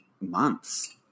months